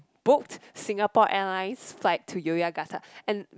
booked Singapore Airlines flight to Yogyakarta and